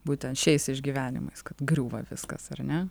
būtent šiais išgyvenimais griūva viskas ar ne